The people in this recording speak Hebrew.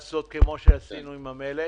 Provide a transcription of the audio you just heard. אפשר לעשות כמו שעשינו עם המלט